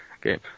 okay